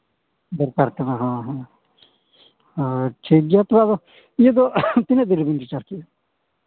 ᱫᱚᱨᱠᱟᱨ ᱠᱟᱱᱟ ᱦᱮᱸ ᱦᱮᱸ ᱟᱨ ᱴᱷᱤᱠ ᱜᱮᱭᱟ ᱛᱚᱵᱮ ᱟᱫᱚ ᱤᱭᱟᱹ ᱫᱚ ᱛᱤᱱᱟᱹᱜ ᱫᱤᱱ ᱨᱮᱵᱤᱱ ᱥᱮᱴᱮᱨ ᱠᱮᱫᱼᱟ